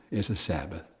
is the sabbath.